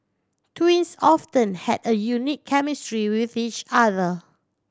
twins often had a unique chemistry with each other